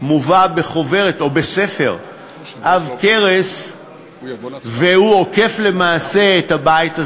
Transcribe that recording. שמובא בחוברת או בספר עב-כרס והוא עוקף למעשה את הבית,